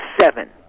seven